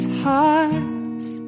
hearts